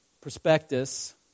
prospectus